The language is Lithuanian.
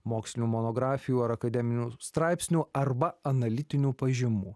mokslinių monografijų ar akademinių straipsnių arba analitinių pažymų